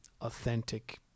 authentic